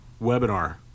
webinar